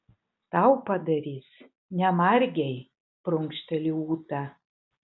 tau padarys ne margei prunkšteli ūta